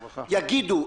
יגידו,